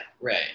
right